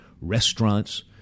restaurants